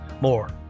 more